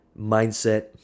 mindset